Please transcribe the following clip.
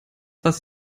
was